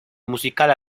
musical